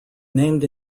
named